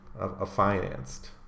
a-financed